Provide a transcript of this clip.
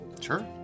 sure